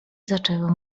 zaczęły